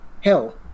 Hell